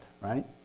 right